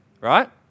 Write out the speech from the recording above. right